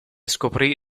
scoprì